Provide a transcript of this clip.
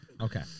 Okay